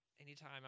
Anytime